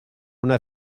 una